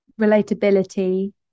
relatability